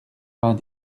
vingt